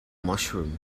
mushroom